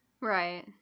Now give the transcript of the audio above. right